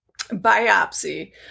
biopsy